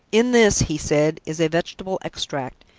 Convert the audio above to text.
in this, he said, is a vegetable extract.